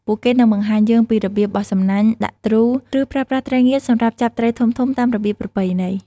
ពួកគេនឹងបង្ហាញយើងពីរបៀបបោះសំណាញ់ ដាក់ទ្រូ ឬប្រើប្រាស់ត្រីងៀតសម្រាប់ចាប់ត្រីធំៗតាមរបៀបប្រពៃណី។